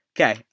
Okay